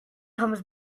comes